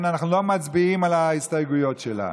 אנחנו לא מצביעים על ההסתייגויות שלה.